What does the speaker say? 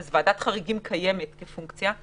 כך שוועדת חריגים כבר קיימת כפונקציה.